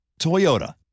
Toyota